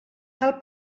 cal